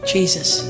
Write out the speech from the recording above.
Jesus